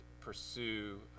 pursue